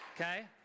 Okay